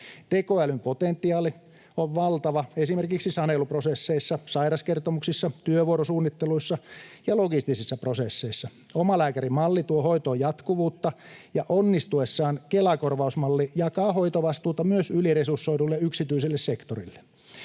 Tekoälyn potentiaali on valtava esimerkiksi saneluprosesseissa, sairauskertomuksissa, työvuorosuunnitteluissa ja logistisissa prosesseissa. Omalääkärimalli tuo hoitoon jatkuvuutta, ja onnistuessaan Kela-korvausmalli jakaa hoitovastuuta myös yliresursoidulle yksityiselle sektorille.